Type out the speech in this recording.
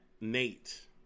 nate